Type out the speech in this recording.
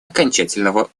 окончательного